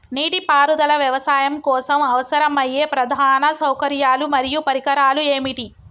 నీటిపారుదల వ్యవసాయం కోసం అవసరమయ్యే ప్రధాన సౌకర్యాలు మరియు పరికరాలు ఏమిటి?